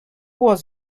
was